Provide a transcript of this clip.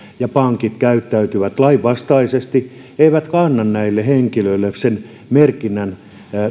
ja pankit käyttäytyvät lainvastaisesti eivätkä anna näille henkilöille sen merkinnän